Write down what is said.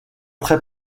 très